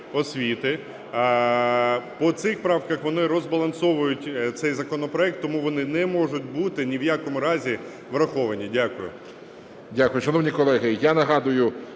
освіти. По цих правках – вони розбалансовують цей законопроект, тому вони не можуть бути ні в якому разі враховані. Дякую.